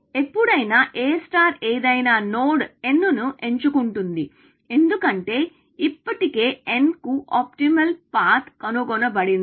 ఎప్పుడైనా A ఏదయినా node n ను ఎంచుకుంటుంది ఎందుకంటే ఇప్పటికే n కు ఆప్టిమల్ పాత్ కనుగొనబడింది